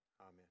Amen